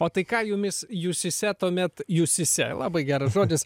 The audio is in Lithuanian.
o tai ką jumis jūsyse tuomet jūsyse labai geras žodis